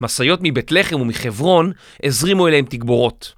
משאיות מבית לחם ומחברון הזרימו אליהם תגבורות